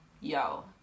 Yo